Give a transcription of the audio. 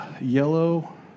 yellow